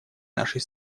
нашей